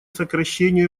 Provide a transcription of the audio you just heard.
сокращению